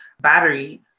battery